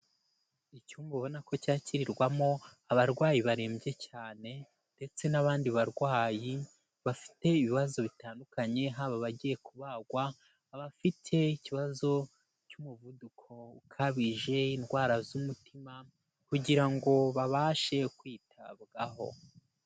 Icyumba ubona ko cyakirirwamo abarwayi barembye cyane ndetse n'abandi barwayi bafite ibibazo bitandukanye, haba abagiye kubagwa, abafite ikibazo cy'umuvuduko ukabije, indwara z'umutima kugira ngo babashe kwitabwaho.